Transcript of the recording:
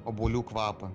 obuolių kvapą